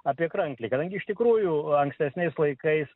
apie kranklį kadangi iš tikrųjų ankstesniais laikais